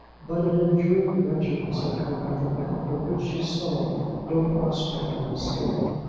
but an enduring wretchedness had come after that from which she saw no prospect of escape.